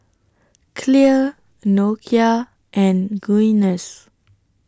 Clear Nokia and Guinness